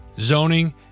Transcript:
zoning